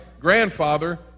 grandfather